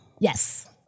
Yes